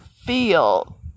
feel